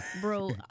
bro